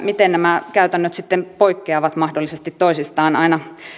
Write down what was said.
miten nämä käytännöt sitten poikkeavat mahdollisesti toisistaan aina